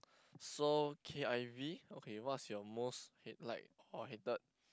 so K_I_V okay what's your most hate like or hated